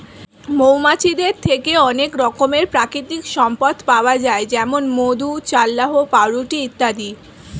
মৌমাছিদের থেকে অনেক রকমের প্রাকৃতিক সম্পদ পাওয়া যায় যেমন মধু, চাল্লাহ্ পাউরুটি ইত্যাদি